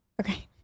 Okay